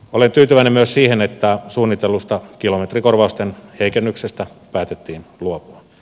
olen tyytyväinen myös siihen että suunnitellusta kilometrikorvausten heikennyksestä päätettiin luopua